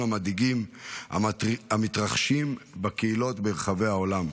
המדאיגים המתרחשים בקהילות ברחבי העולם.